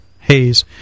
haze